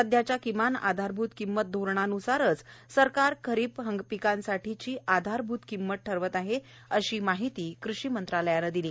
सध्याच्या किमान आधारभूत किंमत धोरणांन्सारच सरकार खरीप पिकांसाठीची आधारभूत किंमत ठरवत आहे अशी माहिती कृषी मंत्रालयाने दिली आहे